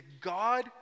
God